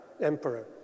Emperor